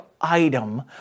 item